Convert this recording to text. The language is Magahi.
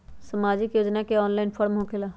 समाजिक योजना ऑफलाइन फॉर्म होकेला?